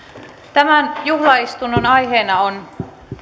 tämän juhlaistunnon aiheena on